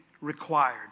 required